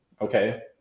Okay